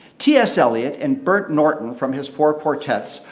t s eliot, in burnt norton from his four quartets,